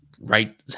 right